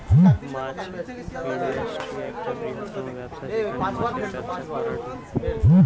মাছ industry একটা বৃহত্তম ব্যবসা যেখানে মাছের ব্যবসা করাঢু